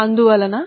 అందువల్ల L 0